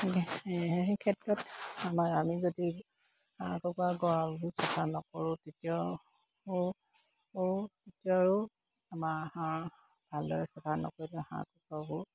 সেই ক্ষেত্ৰত আমাৰ আমি যদি হাঁহ কুকুৰাৰ গঁৰালবোৰ চফা নকৰোঁ তেতিয়াও তেতিয়াও আমাৰ হাঁহ ভালদৰে চফা নকৰিলে হাঁহ কুকুৰাবোৰ